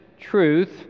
truth